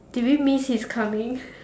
did we miss his coming